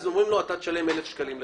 אומרים לו: אתה תשלם 1,000 שקלים לחודש.